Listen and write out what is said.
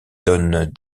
donnent